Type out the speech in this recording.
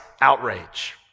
outrage